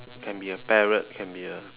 can be a parrot can be a